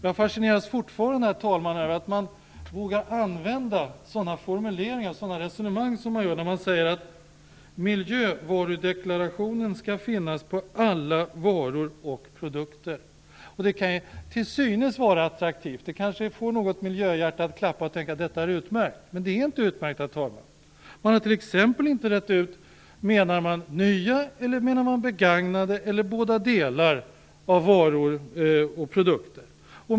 Jag fascineras fortfarande av att man vågar använda sådana resonemang som: Miljövarudeklarationen skall finnas på alla varor och produkter. Det kan till synes vara attraktivt. Det kan få något miljöhjärta att klappa och tycka att detta är utmärkt. Men det är inte utmärkt. Man har t.ex. inte rett ut om man menar nya, begagnade eller båda delar av varor och produkter.